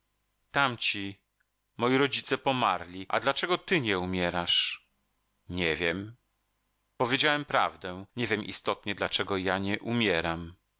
znowu tamci moi rodzice pomarli a dlaczego ty nie umierasz nie wiem powiedziałem prawdę nie wiem istotnie dlaczego ja nie umieram